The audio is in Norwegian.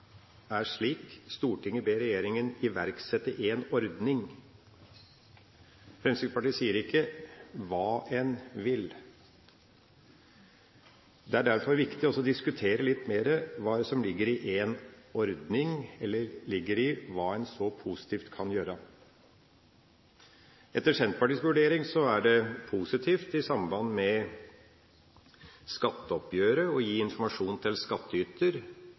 Fremskrittspartiet er slik: «Stortinget ber regjeringen iverksette en ordning ». Fremskrittspartiet sier ikke hva en vil. Det er derfor viktig å diskutere litt mer hva som ligger i «en ordning», eller hva en positivt kan gjøre. Etter Senterpartiets vurdering er det positivt i samband med skatteoppgjøret å gi informasjon til